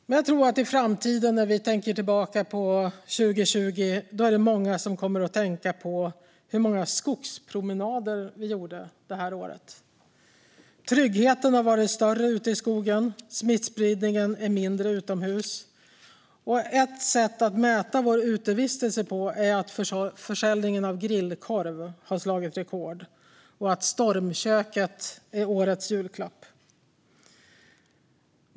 Men jag tror att många i framtiden när de tänker tillbaka på 2020 kommer att tänka på hur många skogspromenader de tog detta år. Tryggheten har varit större ute i skogen, och smittspridningen är mindre utomhus. Ett sätt att mäta vår utevistelse på är att försäljningen av grillkorv har slagit rekord och att stormköket är årets julklapp.